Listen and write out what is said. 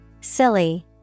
Silly